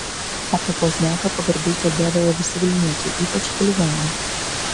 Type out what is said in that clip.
apie pozniaką pagarbiai kalbėdavo visi vilniečiai ypač chuliganai